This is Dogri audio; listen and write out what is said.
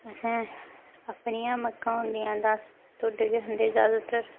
असें अपनियां मक्कां होन्दियां तां अस टोड्डे गै खंदे ज्यादातर